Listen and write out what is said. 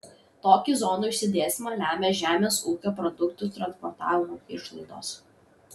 tokį zonų išsidėstymą lemia žemės ūkio produktų transportavimo išlaidos